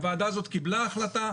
הוועדה הזאת קיבלה החלטה,